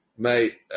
Mate